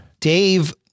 Dave